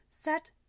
set